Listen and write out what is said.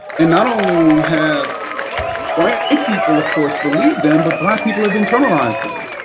and not only have white people, of course, believed them, but black people have internalized them.